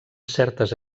certes